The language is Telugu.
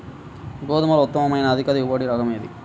గోధుమలలో ఉత్తమమైన అధిక దిగుబడి రకం ఏది?